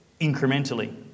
incrementally